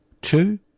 Two